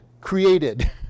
created